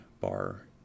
bar